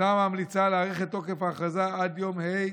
הוועדה ממליצה להאריך את תוקף ההכרזה עד יום ה'